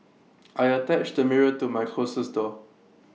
I attached A mirror to my closes door